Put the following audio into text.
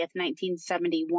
1971